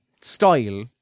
style